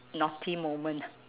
naughty moment